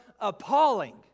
appalling